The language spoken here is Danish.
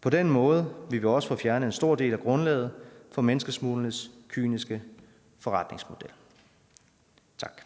På den måde vil vi også få fjernet en stor del af grundlaget for menneskesmuglernes kyniske forretningsmodel. Tak.